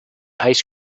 ice